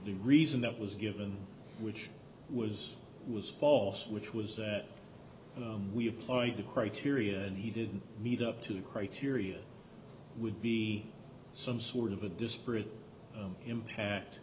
the reason that was given which was was false which was that we applied to criteria and he didn't meet up to the criteria would be some sort of a disparate impact